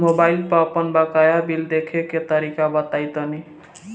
Mobile पर आपन बाकाया बिल देखे के तरीका बताईं तनि?